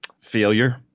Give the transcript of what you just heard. failure